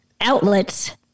outlets